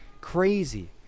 Crazy